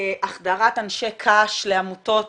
החדרת אנשי קש לעמותות